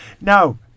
now